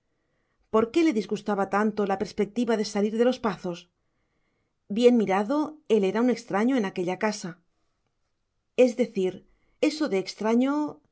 por qué le disgustaba tanto la perspectiva de salir de los pazos bien mirado él era un extraño en aquella casa es decir eso de extraño